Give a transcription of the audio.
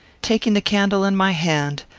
taking the candle in my hand,